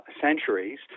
centuries